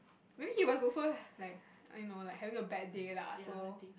maybe he was also like I know like having a bad day lah so